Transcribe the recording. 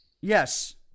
Yes